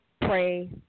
pray